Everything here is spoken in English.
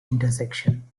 intersection